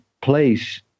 place